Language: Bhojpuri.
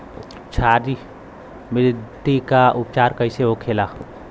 क्षारीय मिट्टी का उपचार कैसे होखे ला?